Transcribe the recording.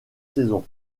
saison